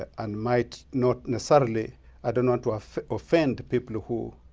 ah and might not necessarily i don't want to ah offend people who